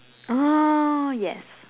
oh yes